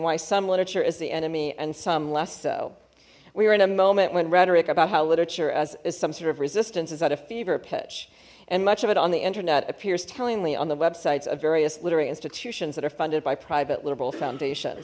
why some literature is the enemy and some less so we are in a moment when rhetoric about how literature as some sort of resistance is at a fever pitch and much of it on the internet appears tellingly on the websites of various literary institutions that are funded by private liberal foundation